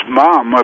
mom